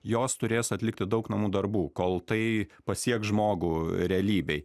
jos turės atlikti daug namų darbų kol tai pasieks žmogų realybėj